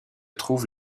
trouvent